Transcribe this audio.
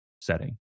setting